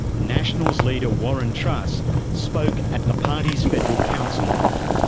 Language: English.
nationals' leader warren truss spoke at the party's federal council meeting,